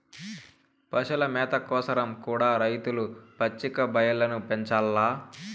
పశుల మేత కోసరం కూడా రైతులు పచ్చిక బయల్లను పెంచాల్ల